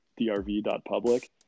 drv.public